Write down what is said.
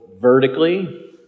vertically